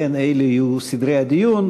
לכן אלה יהיו סדרי הדיון.